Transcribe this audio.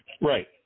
Right